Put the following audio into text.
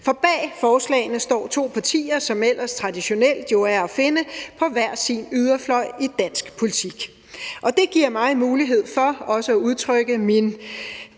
For bag forslagene står to partier, som jo ellers traditionelt er at finde på hver sin yderfløj i dansk politik, og det giver mig mulighed for også at udtrykke min